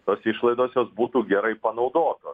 tos išlaidos jos būtų gerai panaudotos